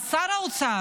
אז שר האוצר,